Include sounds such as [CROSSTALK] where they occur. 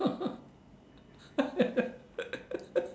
[LAUGHS]